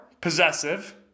possessive